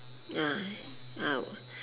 ya